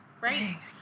right